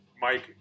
Mike